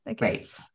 right